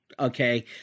okay